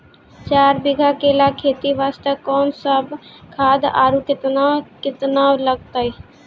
चार बीघा केला खेती वास्ते कोंन सब खाद आरु केतना केतना लगतै?